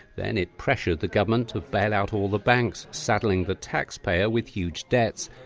then it pressured the government to bail out all the banks, saddling the taxpayer with huge debts.